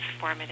transformative